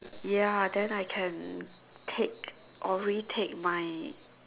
ya then I can take or retake my